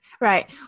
Right